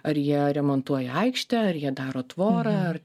ar jie remontuoja aikštę ar jie daro tvorą ar